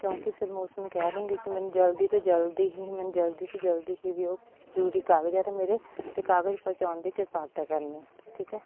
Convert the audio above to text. ਕਿਉਂਕਿ ਫਿਰ ਮੈਂ ਉਸ ਨੂੰ ਕਹਿ ਦੂੰਗੀ ਕਿ ਮੈਨੂੰ ਜਲਦੀ ਤੋਂ ਜਲਦੀ ਹੀ ਮੈਨੂੰ ਜਲਦੀ ਤੋਂ ਜਲਦੀ ਹੀ ਵੀ ਉਹ ਜ਼ਰੂਰੀ ਕਾਗਜ਼ ਆ ਅਤੇ ਮੇਰੇ ਅਤੇ ਕਾਗਜ਼ ਪਹੁੰਚਾਉਣ ਦੀ ਕਿਰਪਾਲਤਾ ਕਰਨੀ ਠੀਕ ਹੈ